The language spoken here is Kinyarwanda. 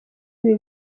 ibi